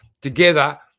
together